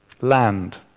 land